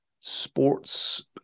sports